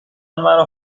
مرا